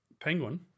Penguin